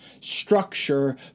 structure